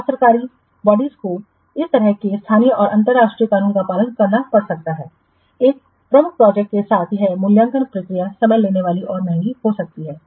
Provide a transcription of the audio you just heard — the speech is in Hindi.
और सरकारी निकायों को इस तरह से स्थानीय और अंतर्राष्ट्रीय कानूनों का पालन करना पड़ सकता है एक प्रमुख प्रोजेक्टस के साथ यह मूल्यांकन प्रक्रिया समय लेने वाली और महंगी हो सकती है